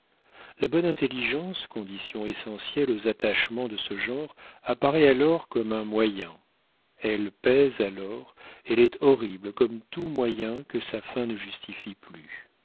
la bonne intelligence condition essentielle aux attachements de ce genre apparaît alors comme un moyen elle pèse alors elle est horrible comme tout moyen que sa fin ne justifie plus